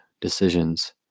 decisions